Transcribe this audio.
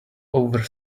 over